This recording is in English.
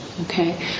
Okay